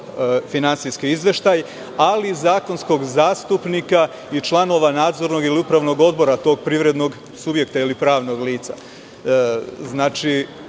finansijski izveštaj, ali i zakonskog zastupnika i članova nadzornog ili upravnog odbora tog privrednog subjekta ili pravnog lica.